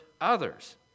others